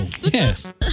Yes